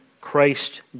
Christ